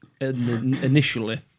initially